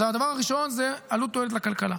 אז הדבר הראשון זה עלות תועלת לכלכלה.